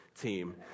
team